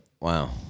Wow